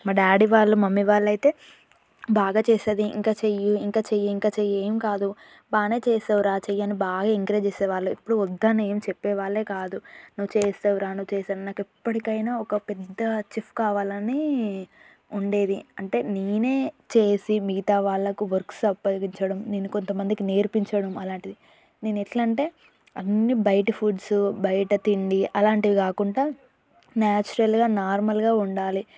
మా డాడీ వాళ్ళు మమ్మీ వాళ్ళయితే బాగా చేస్తుంది ఇంకా చెయ్యి ఇంకా చెయ్యి ఇంకా చెయ్యి ఏం కాదు బాగానే చేసావురా చెయ్యని బాగా ఎంకరేజ్ చేసే వాళ్ళు ఎప్పుడు వద్దని ఏం చెప్పేవాళ్ళే కాదు నువ్వు చేస్తావురా నువ్వు చేస్తావురా నాకెప్పటికైనా ఒక పెద్ద చెఫ్ కావాలని ఉండేది అంటే నేనే చేసి మిగతా వాళ్ళకు వర్క్స్ అప్పగించడం నేను కొంతమందికి నేర్పించడం అలాంటిది నేనెట్లంటే అన్నీ బయట ఫుడ్స్ బయట తిండి అలాంటివి కాకుండా నేచురల్గా నార్మల్గా వండాలి